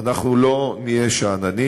אנחנו לא נהיה שאננים,